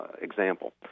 example